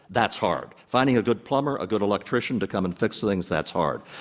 that's hard. finding a good plumber, a good electrician to come and fix things, that's hard.